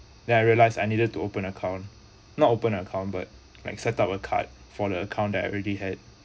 then I realized I needed to open account not open account but like set up a card for the account that I already had